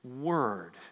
word